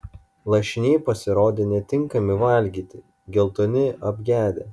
lašiniai pasirodė netinkami valgyti geltoni apgedę